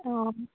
অঁ